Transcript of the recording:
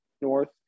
north